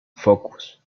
focus